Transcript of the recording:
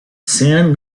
san